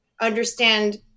understand